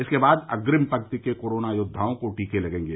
इसके बाद अग्रिम पंक्ति के कोरोना योद्वाओं को टीके लगेंगे